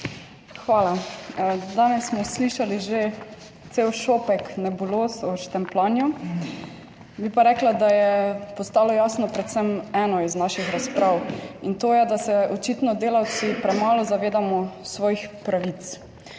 Hvala. Danes smo slišali že cel šopek nebuloz o štempljanju, bi pa rekla, da je postalo jasno predvsem eno iz naših razprav, in to je, da se očitno delavci premalo zavedamo svojih pravic